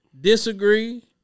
Disagree